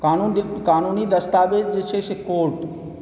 कानूनी दस्तावेज जे छै से कोर्ट